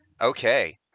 Okay